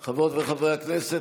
חברות וחברי הכנסת,